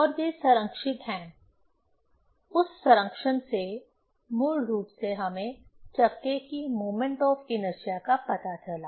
और वे संरक्षित हैं उस संरक्षण से मूल रूप से हमें चक्के की मोमेंट ऑफ इनर्शिया का पता चला